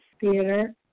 theater